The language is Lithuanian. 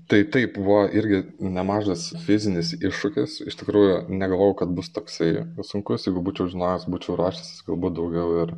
tai taip buvo irgi nemažas fizinis iššūkis iš tikrųjų negalvojau kad bus toksai sunkus jeigu būčiau žinojęs būčiau ruošęsis galbūt daugiau ir